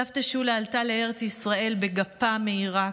סבתא שולה עלתה לארץ ישראל בגפה מעיראק,